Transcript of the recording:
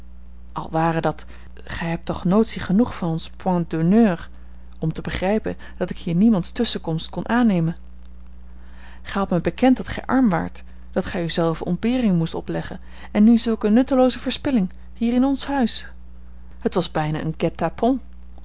al ware dat gij hebt toch notie genoeg van ons point d'honneur om te begrijpen dat ik hier niemands tusschenkomst kon aannemen gij hadt mij bekend dat gij arm waart dat gij u zelven ontberingen moest opleggen en nu zulke nuttelooze verspilling hier in ons huis het was bijna een